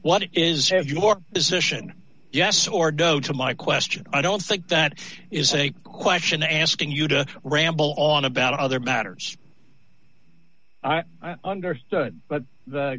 what it is have your position yes or does to my question i don't think that is a question asking you to ramble on about other matters i understood but